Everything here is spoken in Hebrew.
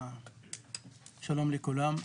שלום לכולם.